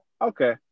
okay